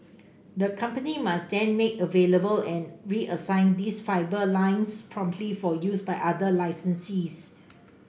the company must then make available and reassign these fibre lines promptly for use by other licensees